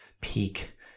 peak